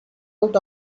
out